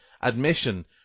admission